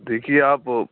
دیکھیے آپ